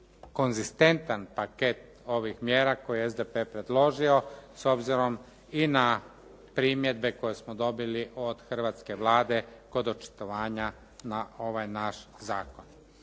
konzistentan paket ovih mjera koje je SDP predložio s obzirom i na primjedbe koje smo dobili od hrvatske Vlade kod očitovanja na ovaj naš zakon.